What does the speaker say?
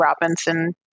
Robinson